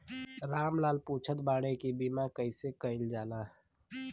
राम लाल पुछत बाड़े की बीमा कैसे कईल जाला?